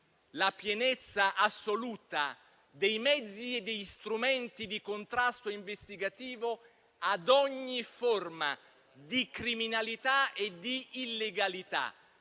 la pienezza assoluta dei mezzi e degli strumenti di contrasto investigativo ad ogni forma di criminalità e di illegalità;